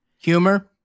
Humor